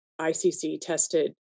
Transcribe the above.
ICC-tested